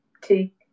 take